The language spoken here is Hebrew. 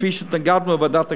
כפי שהתנגדנו בוועדת הכנסת,